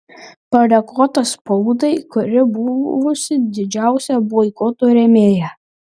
padėkota spaudai kuri buvusi didžiausia boikoto rėmėja